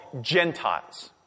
Gentiles